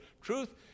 truth